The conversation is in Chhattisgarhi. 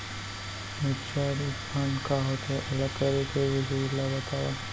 म्यूचुअल फंड का होथे, ओला करे के विधि ला बतावव